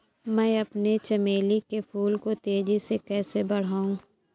मैं अपने चमेली के फूल को तेजी से कैसे बढाऊं?